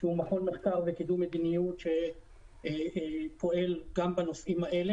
שהוא מכון מחקר לקידום מדיניות שפועל גם בנושאים האלה